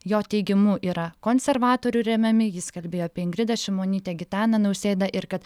jo teigimu yra konservatorių remiami jis kalbėjo apie ingridą šimonytę gitaną nausėdą ir kad